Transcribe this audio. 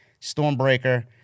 stormbreaker